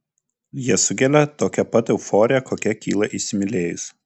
jie sukelia tokią pat euforiją kokia kyla įsimylėjus